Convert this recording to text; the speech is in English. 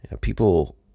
People